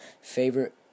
Favorite